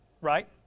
right